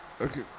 Okay